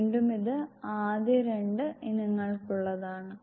വീണ്ടും ഇത് ആദ്യത്തെ 2 ഇനങ്ങൾക്കുള്ളതാണ്